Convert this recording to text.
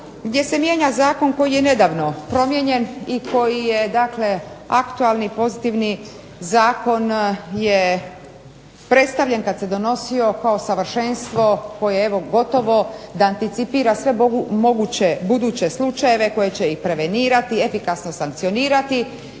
gdje se mijenja zakon koji je nedavno promijenjen i koji je dakle aktualni pozitivni zakon je predstavljen kad se donosio kao savršenstvo koje gotovo da anticipira sve moguće buduće slučajeve koje će i prevenirati, efikasno sankcionirati